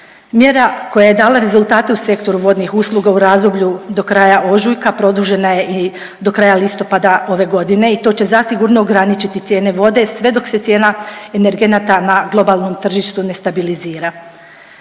Mjera koja je dala rezultate u Sektoru vodnih usluga u razdoblju do kraja ožujka produžena je i do kraja listopada ove godine i to će zasigurno ograničiti cijene vode sve dok se cijena energenata na globalnom tržištu ne stabilizira.